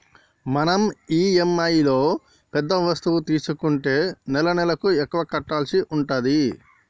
మనం ఇఎమ్ఐలో పెద్ద వస్తువు తీసుకుంటే నెలనెలకు ఎక్కువ కట్టాల్సి ఉంటది